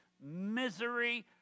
misery